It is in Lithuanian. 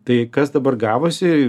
tai kas dabar gavosi